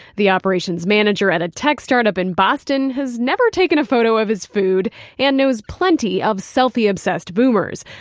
the operations manager at a tech startup in boston has never taken a photo of his food and knows plenty of selfie-obsessed boomers.